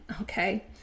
okay